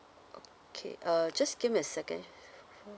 okay uh just give me a second